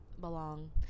belong